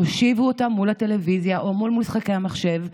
תושיבו אותם מול הטלוויזיה או מול משחקי המחשב.